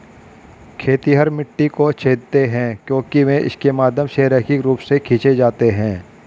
खेतिहर मिट्टी को छेदते हैं क्योंकि वे इसके माध्यम से रैखिक रूप से खींचे जाते हैं